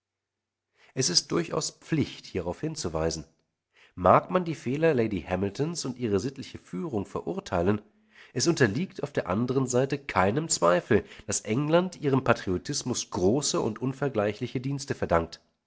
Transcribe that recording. es ist durchaus pflicht hierauf hinzuweisen mag man die fehler lady hamiltons und ihre sittliche führung verurteilen es unterliegt auf der andern seite keinem zweifel daß england ihrem patriotismus große und unvergleichliche dienste verdankt